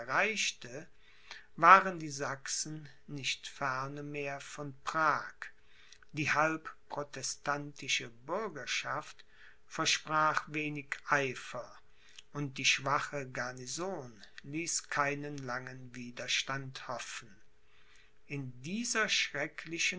waren die sachsen nicht ferne mehr von prag die halb protestantische bürgerschaft versprach wenig eifer und die schwache garnison ließ keinen langen widerstand hoffen in dieser schrecklichen